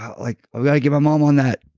like ah i give a mom on that.